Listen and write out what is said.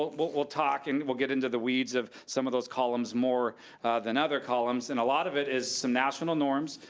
we'll but we'll talk, and we'll get into the weeds of some of those columns more than other columns, and a lot of it is some national norms.